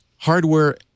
Hardware